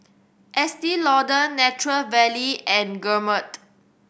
Estee Lauder Nature Valley and Gourmet